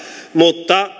mutta